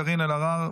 קארין אלהרר,